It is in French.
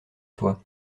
toi